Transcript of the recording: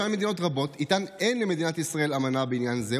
ישנן מדינות רבות שאיתן אין למדינת ישראל אמנה בעניין זה,